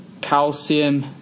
calcium